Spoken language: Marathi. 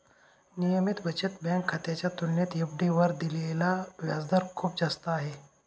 नियमित बचत बँक खात्याच्या तुलनेत एफ.डी वर दिलेला व्याजदर खूप जास्त आहे